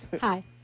Hi